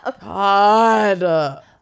God